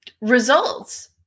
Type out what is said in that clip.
results